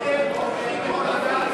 אתם גורמים למדען